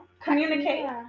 communicate